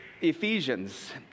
Ephesians